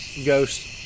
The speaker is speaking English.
ghost